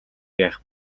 яах